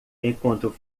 enquanto